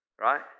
right